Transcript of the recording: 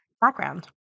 background